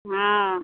हँ